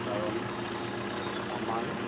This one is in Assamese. কাৰণ আমাৰ